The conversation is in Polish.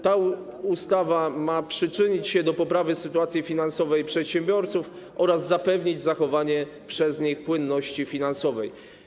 Ta ustawa ma przyczynić się do poprawy sytuacji finansowej przedsiębiorców oraz zapewnić zachowanie przez nich płynności finansowej.